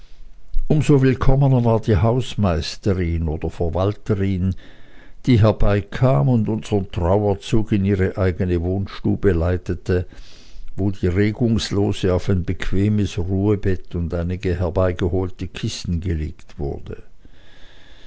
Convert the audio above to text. so willkommener war die hausmeisterin oder verwalterin die herbeikam und unsern trauerzug in ihre eigene wohnstube leitete wo die regungslose auf ein bequemes ruhbett und einige herbeigeholte kissen gelegt wurde